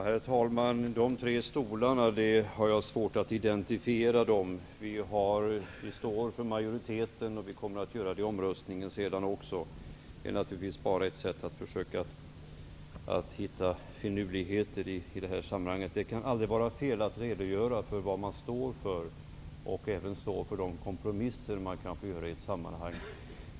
Herr talman! Jag har svårt att identifiera de tre stolar Åke Selberg talar om. Kds ingår i majoriteten, och vi kommer att göra det i omröstningen sedan också. Åke Selberg försöker naturligtvis bara hitta finurligheter i sammanhanget. Det kan aldrig vara fel att redogöra för vad man står för och även för de kompromisser man kan få göra i ett sammanhang.